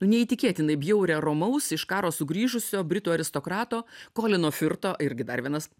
neįtikėtinai bjaurią romaus iš karo sugrįžusio britų aristokrato colino firto irgi dar vienas